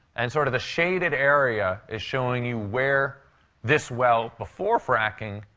and sort of the shaded area is showing you where this well before fracking,